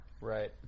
Right